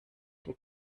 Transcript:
die